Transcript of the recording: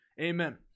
Amen